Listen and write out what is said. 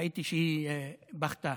ראיתי שהיא בכתה,